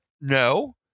No